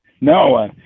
No